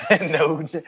No